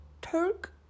Turk